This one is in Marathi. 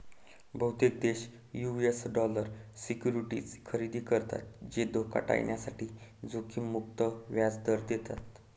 बहुतेक देश यू.एस डॉलर सिक्युरिटीज खरेदी करतात जे धोका टाळण्यासाठी जोखीम मुक्त व्याज दर देतात